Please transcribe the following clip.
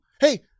Hey